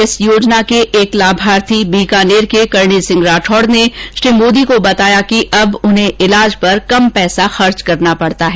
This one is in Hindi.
इस योजना के एक लाभार्थी बीकानेर के करणी सिंह राठौड़ ने श्री मोदी को बताया कि अब उन्हें इलाज पर कम पैसा खर्च करना पड़ता है